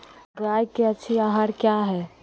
गाय के अच्छी आहार किया है?